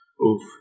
Oof